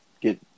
get